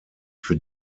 für